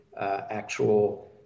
actual